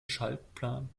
schaltplan